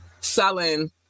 selling